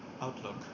outlook